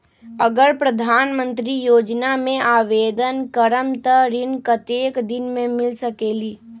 अगर प्रधानमंत्री योजना में आवेदन करम त ऋण कतेक दिन मे मिल सकेली?